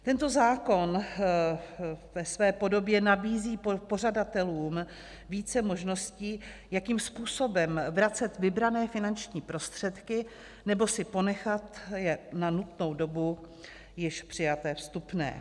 Tento zákon ve své podobě nabízí pořadatelům více možností, jakým způsobem vracet vybrané finanční prostředky, nebo si ponechat na nutnou dobu již přijaté vstupné.